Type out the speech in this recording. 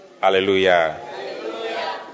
Hallelujah